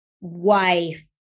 wife